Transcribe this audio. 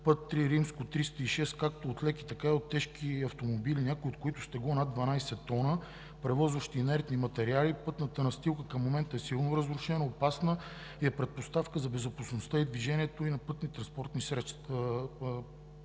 път III-306 както от леки, така и от тежки автомобили, някои от които с тегло над 12 тона, превозващи инертни материали, пътната настилка към момента е силно разрушена, опасна и е предпоставка за безопасността и движението и на пътнотранспортни